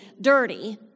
dirty